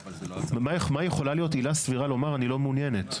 מה יכולה להיות עילה סבירה לומר שהיא לא מעוניינת?